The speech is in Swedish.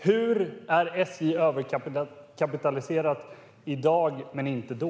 Hur är SJ överkapitaliserat i dag men inte då?